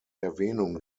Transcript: erwähnung